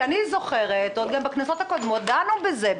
אני זוכרת שגם בכנסות הקודמות דנו בזה.